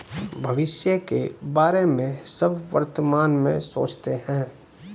भविष्य के बारे में सब वर्तमान में सोचते हैं